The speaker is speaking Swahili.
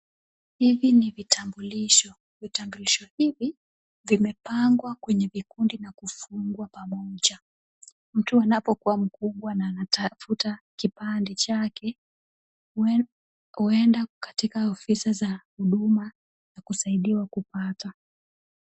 Hivi ni vitambulisho. Vitambulisho hivi vimepangwa kwenye vikundi vya kufungwa pamoja. Mtu anapo kua mkubwa na anatafta kipande chake uenda katika ofisi za huduma kusaidiwa kupata.